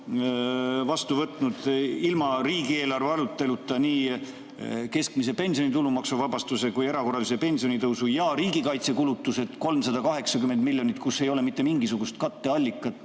vastu võtnud ilma riigieelarve aruteluta nii keskmise pensioni tulumaksuvabastuse kui ka erakorralise pensionitõusu ja riigikaitsekulutused 380 miljonit, kus ei ole mitte mingisugust katteallikat